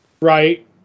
right